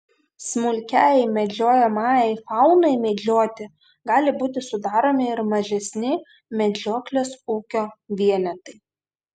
smulkiajai medžiojamajai faunai medžioti gali būti sudaromi ir mažesni medžioklės ūkio vienetai